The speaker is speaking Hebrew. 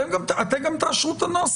אתם גם תאשרו את הנוסח.